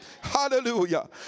Hallelujah